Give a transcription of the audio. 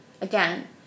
Again